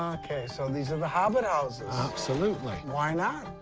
um okay, so these are the hobbit houses. absolutely. why not?